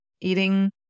eating